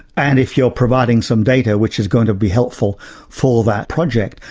and if you're providing some data which is going to be helpful for that project,